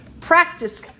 practice